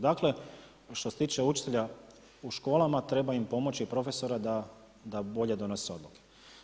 Dakle, što se tiče učitelja u školama, treba im pomoći i profesora da bolje donose odluke.